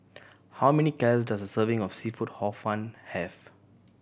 how many calorie does a serving of seafood Hor Fun have